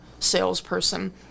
salesperson